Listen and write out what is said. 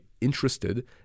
interested